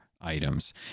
items